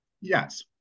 Yes